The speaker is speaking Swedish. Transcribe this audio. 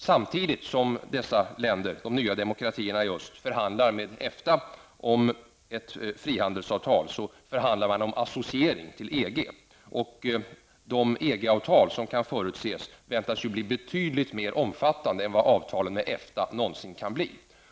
Samtidigt som de nya demokratierna i öst förhandlar med EFTA om ett frihandelsavtal, förhandlar man om associering till EG. De EG avtal som kan förutses väntas bli betydligt mer omfattande än vad avtalen med EFTA någonsin kan bli.